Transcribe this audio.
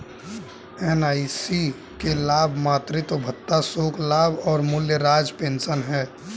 NIC के लाभ मातृत्व भत्ता, शोक लाभ और मूल राज्य पेंशन हैं